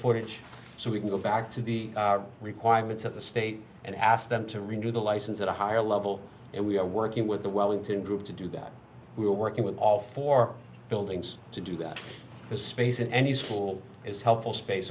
footage so we can go back to the requirements of the state and ask them to renew the license at a higher level and we are working with the wellington group to do that we are working with all four buildings to do that space in any school is helpful space